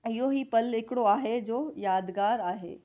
इहो ई पल हिकिड़ो आहे जो यादगारु आहे